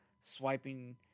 swiping